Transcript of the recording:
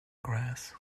grass